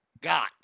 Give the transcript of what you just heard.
got